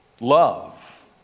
love